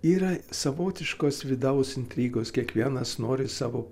yra savotiškos vidaus intrigos kiekvienas nori savo